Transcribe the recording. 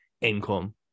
income